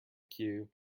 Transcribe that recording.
queue